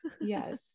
Yes